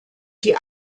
die